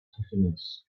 happiness